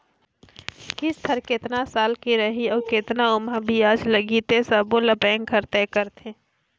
किस्त हर केतना साल के रही अउ केतना ओमहा बियाज लगही ते सबो ल बेंक हर तय करथे